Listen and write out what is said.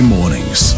Mornings